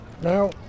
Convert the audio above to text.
Now